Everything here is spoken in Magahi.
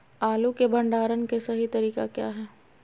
आलू के भंडारण के सही तरीका क्या है?